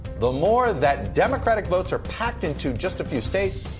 the more that democratic votes are packed into just a few states,